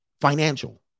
financial